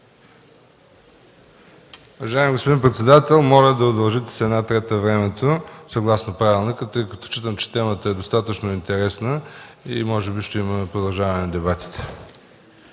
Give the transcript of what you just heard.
Уважаеми господин председател, моля да удължите с една трета времето съгласно правилника, тъй като считам, че темата е достатъчно интересна и може би ще има продължаване на дебатите.